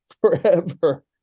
forever